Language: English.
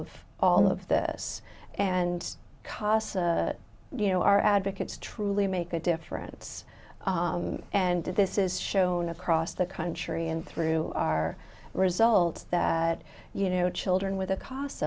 of all of this and costs you know our advocates truly make a difference and this is shown across the country and through our results that you know children with